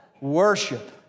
Worship